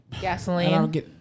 gasoline